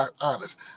honest